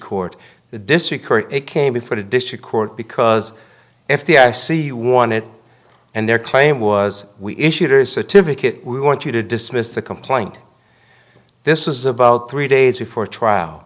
court the district or it came before the district court because if the i c wanted and their claim was we issued a certificate we want you to dismiss the complaint this is about three days before trial